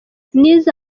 nize